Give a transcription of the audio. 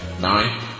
Nine